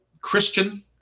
Christian